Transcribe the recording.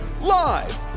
Live